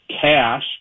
cash